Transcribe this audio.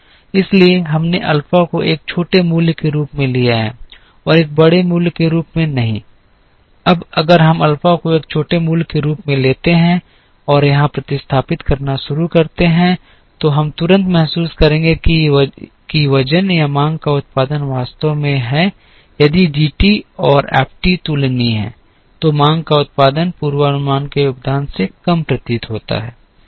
इसलिए हमने अल्फ़ा को एक छोटे मूल्य के रूप में लिया है और एक बड़े मूल्य के रूप में नहीं अब अगर हम अल्फ़ा को एक छोटे मूल्य के रूप में लेते हैं और यहाँ प्रतिस्थापित करना शुरू करते हैं तो हम तुरंत महसूस करेंगे कि वजन या मांग का योगदान वास्तव में है यदि डी टी और एफ टी तुलनीय हैं तो मांग का योगदान पूर्वानुमान के योगदान से कम प्रतीत होता है